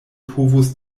povus